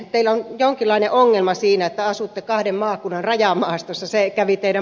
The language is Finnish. teillä on jonkinlainen ongelma siinä että asutte kahden maakunnan rajamaastossa